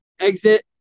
exit